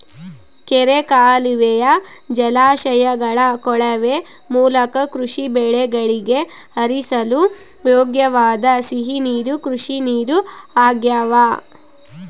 ಕೆರೆ ಕಾಲುವೆಯ ಜಲಾಶಯಗಳ ಕೊಳವೆ ಮೂಲಕ ಕೃಷಿ ಬೆಳೆಗಳಿಗೆ ಹರಿಸಲು ಯೋಗ್ಯವಾದ ಸಿಹಿ ನೀರು ಕೃಷಿನೀರು ಆಗ್ಯಾವ